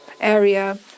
area